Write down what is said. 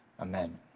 amen